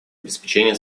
обеспечения